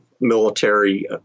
military